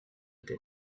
tête